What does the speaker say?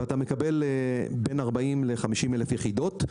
ואתה מקבל בין 40 ל-50 אלף יחידות.